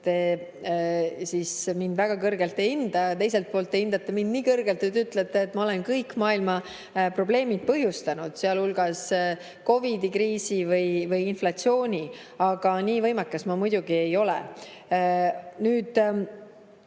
te mind väga kõrgelt ei hinda, teiselt poolt hindate te mind nii kõrgelt, et ütlete, et ma olen kõik maailma probleemid põhjustanud, sealhulgas COVID‑i kriisi või inflatsiooni. Aga nii võimekas ma muidugi ei ole.